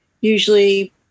usually